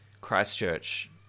Christchurch